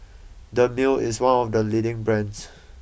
Dermale is one of the leading brands